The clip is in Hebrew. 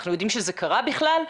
אנחנו יודעים שזה קרה בכלל?